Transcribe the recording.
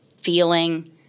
feeling